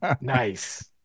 nice